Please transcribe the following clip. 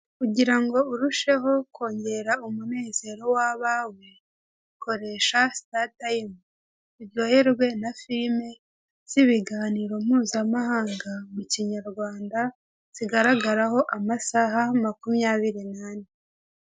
Kugira ngo urusheho kongera umunezero w'abawe koresha statayimu uryoherwe na filime z'ibiganiro mpuzamahanga mu Kinyarwanda zigaragaraho amasaha makumyabiri n'ane.